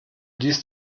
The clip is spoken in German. ließ